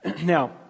Now